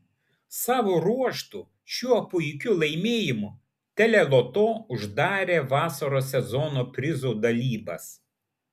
savo ruožtu šiuo puikiu laimėjimu teleloto uždarė vasaros sezono prizų dalybas